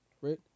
right